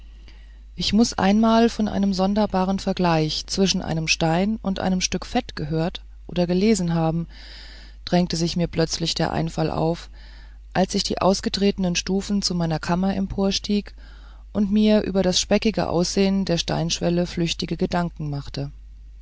ich muß einmal von einem sonderbaren vergleich zwischen einem stein und einem stück fett gehört oder gelesen haben drängte sich mir plötzlich der einfall auf als ich die ausgetretenen stufen zu meiner kammer emporstieg und mir über das speckige aus sehen der steinschwellen flüchtige gedanken machte